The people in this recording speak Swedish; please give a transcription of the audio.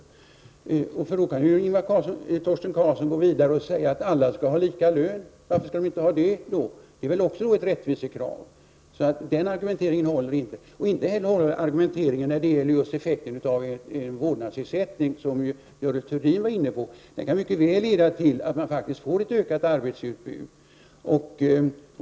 Torsten Karlsson skulle i så fall kunna gå vidare och säga att alla skall ha lika lön. Varför skulle de inte ha det? Det är väl också ett rättvisekrav. Den argumenteringen håller inte. Inte heller håller argumenteringen när det gäller effekten av en vårdnadsersättning, som Görel Thurdin var inne på. Den kan mycket väl leda till ett ökat arbetskraftsutbud.